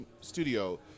studio